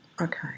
Okay